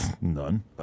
None